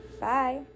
Bye